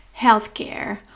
healthcare